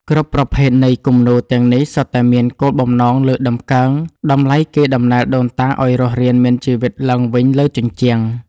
គ្រប់ប្រភេទនៃគំនូរទាំងនេះ សុទ្ធតែមានគោលបំណងលើកតម្កើងតម្លៃកេរដំណែលដូនតាឱ្យរស់រានមានជីវិតឡើងវិញលើជញ្ជាំង។